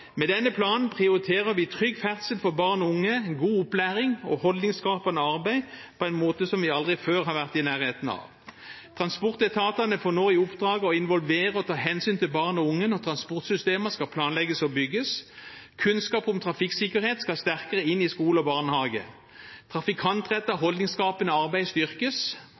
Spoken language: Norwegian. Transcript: Med denne planen prioriterer vi trygg ferdsel for barn og unge, en god opplæring og holdningsskapende arbeid på en måte som vi aldri før har vært i nærheten av. Transportetatene får nå i oppdrag å involvere og ta hensyn til barn og unge når transportsystemer skal planlegges og bygges. Kunnskap om trafikksikkerhet skal sterkere inn i skole og barnehage. Trafikantrettet holdningsskapende arbeid styrkes,